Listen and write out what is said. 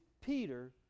Peter